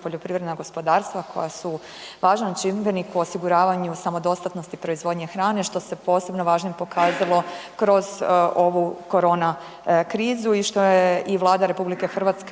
spomenuli OPG-ove koja su važan čimbenik u osiguravanju samodostatnosti proizvodnje hrane što se posebno važnim pokazalo kroz ovu korona krizu i što je i Vlada RH